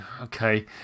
Okay